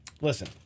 Listen